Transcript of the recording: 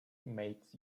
makes